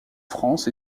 france